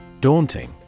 Daunting